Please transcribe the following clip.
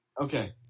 Okay